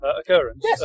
occurrence